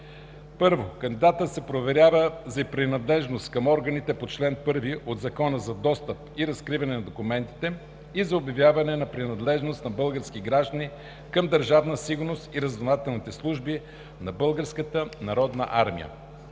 1. Кандидатът се проверява за принадлежност към органите по чл. 1 от Закона за достъп и разкриване на документите и за обявяване на принадлежност на български граждани към Държавна сигурност и разузнавателните служби на